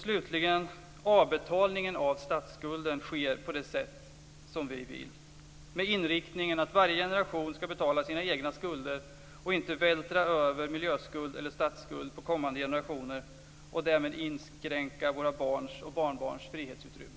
Slutligen sker avbetalningen av statsskulden på det sätt som vi vill, med inriktningen att varje generation skall betala sina egna skulder och inte vältra över miljöskuld eller statsskuld på kommande generationer och därmed inskränka våra barns och barnbarns frihetsutrymme.